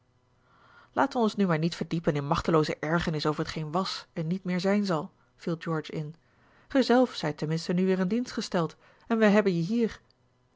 we ons nu maar niet verdiepen in machtelooze ergernissen over t geen was en niet meer zijn zal viel george in gij zelf zjjt ten minste nu weer in dienst gesteld en wij hebben je hier